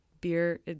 beer